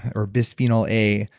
or bisphenol a,